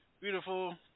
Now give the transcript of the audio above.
Beautiful